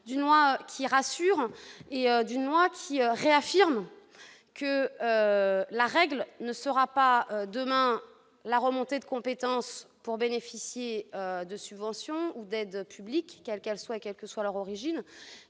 d'une loi qui rassure, en l'espèce, d'une loi qui réaffirme que la règle ne subordonnera pas, demain, à la remontée de compétences le bénéfice des subventions ou aides publiques, quelles qu'elles soient et quelle que soit leur origine,